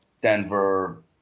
Denver